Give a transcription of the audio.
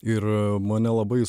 ir mane labai